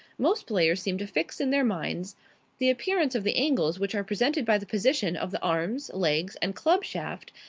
most players seem to fix in their minds the appearance of the angles which are presented by the position of the arms, legs, and club shaft,